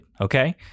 Okay